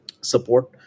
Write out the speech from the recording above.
support